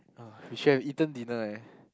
!ah! we should have eaten dinner eh